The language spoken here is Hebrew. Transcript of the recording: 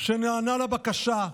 שנענה לבקשה.